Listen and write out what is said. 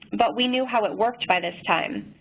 but, we knew how it works by this time.